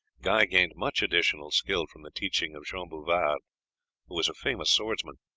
guy gained much additional skill from the teaching of jean bouvard, who was a famous swordsman.